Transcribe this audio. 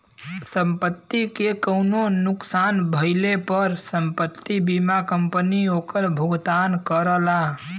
संपत्ति के कउनो नुकसान भइले पर संपत्ति बीमा कंपनी ओकर भुगतान करला